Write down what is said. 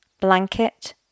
Blanket